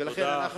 ולכן,